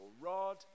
rod